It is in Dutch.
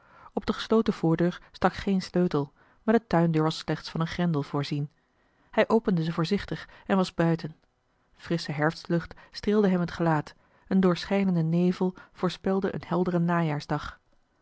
op de gesloten voordeur stak geen sleutel maar de tuindeur was slechts van een grendel voorzien hij opende ze voorzichtig en was buiten frissche herfstlucht streelde hem t gelaat een doorschijnende nevel voorspelde een helderen najaarsdag